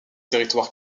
territoire